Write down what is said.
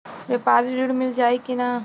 व्यापारी ऋण मिल जाई कि ना?